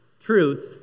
truth